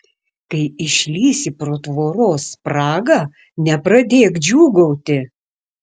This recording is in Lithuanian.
kai išlįsi pro tvoros spragą nepradėk džiūgauti